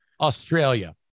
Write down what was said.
Australia